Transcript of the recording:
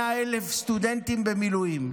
100,000 סטודנטים במילואים,